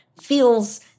feels